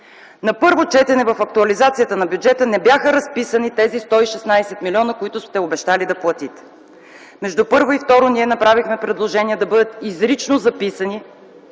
На първо четене в актуализацията на бюджета не бяха разписани тези 116 милиона, които сте обещали да платите. Между първо и второ четене направихме предложение да бъдат изрично записани